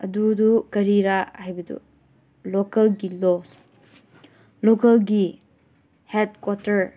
ꯑꯗꯨꯗꯨ ꯀꯔꯤꯔꯥ ꯍꯥꯏꯕꯗꯨ ꯂꯣꯀꯦꯜꯒꯤ ꯂꯣꯁ ꯂꯣꯀꯦꯜꯒꯤ ꯍꯦꯠꯀ꯭ꯋꯥꯇꯔ